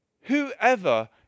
Whoever